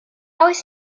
oes